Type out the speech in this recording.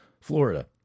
Florida